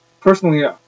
Personally